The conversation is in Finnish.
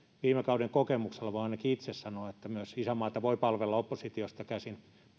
viime kauden kokemuksella voin ainakin itse sanoa että isänmaata voi palvella myös oppositiosta käsin